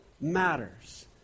matters